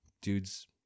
dude's